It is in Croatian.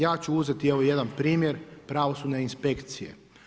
Ja ću uzeti evo jedan primjer pravosudne inspekcije.